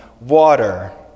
water